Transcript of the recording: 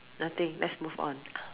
nothing let's move on